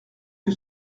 que